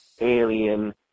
alien